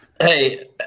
Hey